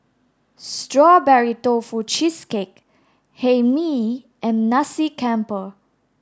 strawberry tofu cheesecake hae mee and nasi campur